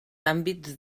àmbits